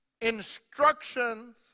instructions